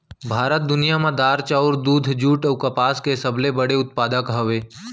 भारत दुनिया मा दार, चाउर, दूध, जुट अऊ कपास के सबसे बड़े उत्पादक हवे